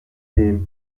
seen